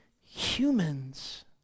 humans